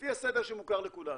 לפי הסדר שמוכר לכולנו.